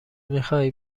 میخواهی